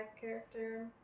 character